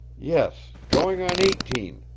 yes, going on eighteen,